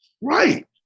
Right